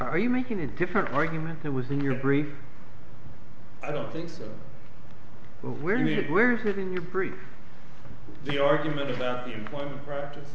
are you making a different argument there was in your brief i don't think we're anywhere is that in your brief the argument about the employment practice